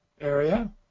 area